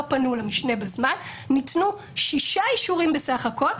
פנו למשנה בזמן ניתנו ששה אישורים בסך הכל,